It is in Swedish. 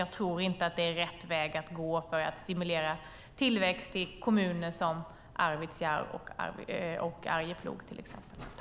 Jag tror inte att det är rätt väg att gå för att stimulera tillväxt i kommuner som till exempel Arvidsjaur och Arjeplog.